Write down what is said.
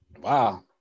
Wow